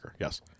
yes